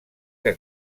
que